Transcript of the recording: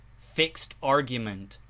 fixed argument,